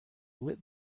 lit